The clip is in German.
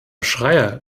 schreyer